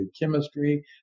chemistry